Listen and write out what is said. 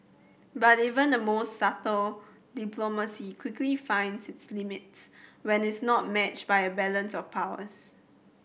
but even the most subtle diplomacy quickly finds its limits when is not matched by a balance of powers